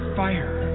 fire